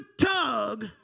tug